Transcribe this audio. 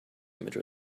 image